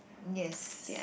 yes